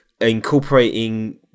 incorporating